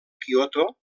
kyoto